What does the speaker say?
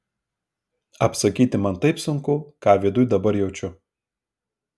apsakyti man taip sunku ką viduj dabar jaučiu